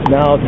Now